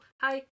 Hi